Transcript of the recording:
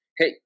Hey